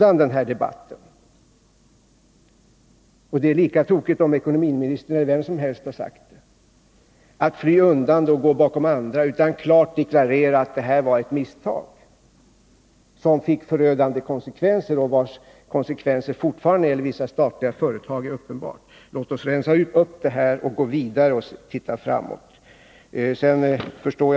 Om jag får tillåta mig att ge Thage Peterson ett råd, skulle det vara att inte nu försöka fly undan den här debatten och gå bakom andra, utan klart deklarera att detta var ett misstag, som fick förödande konsekvenser och vars konsekvenser för vissa statliga företag fortfarande är uppenbara. Låt oss rensa upp i den här frågan och sedan se framåt och gå vidare!